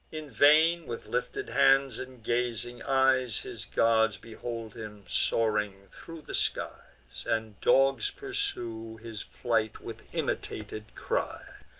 in vain, with lifted hands and gazing eyes, his guards behold him soaring thro' the skies, and dogs pursue his flight with imitated cries.